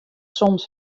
soms